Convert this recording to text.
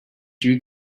you